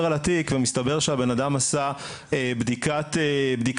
ואז אני עובר על התיק ומסתבר שהבן אדם עשה בדיקת מאמץ,